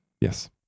Yes